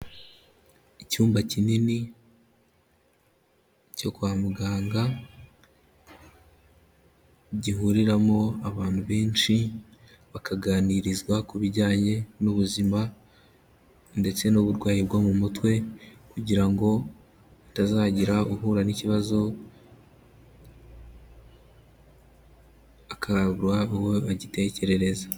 Icyumba kinini cyo kwa muganga gihuriramo abantu benshi, bakaganirizwa ku bijyanye n'ubuzima ndetse n'uburwayi bwo mu mutwe, kugira ngo hatazagira uhura n'ikibazo akabura uwo agitekerereza.